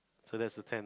so that's the